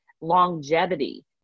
longevity